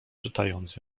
czytając